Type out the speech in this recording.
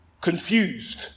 confused